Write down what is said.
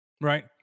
right